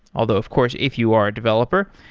although of course if you are a developer,